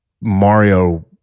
Mario